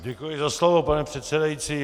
Děkuji za slovo, pane předsedající.